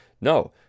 No